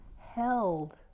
held